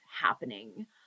happening